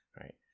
right